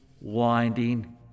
winding